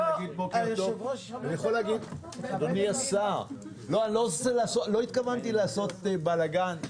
לא התכוונתי לעשות בלגן.